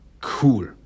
cool